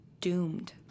doomed